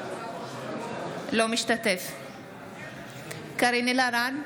אינו משתתף בהצבעה קארין אלהרר,